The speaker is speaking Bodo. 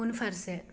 उनफारसे